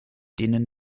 denen